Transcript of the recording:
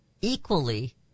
equally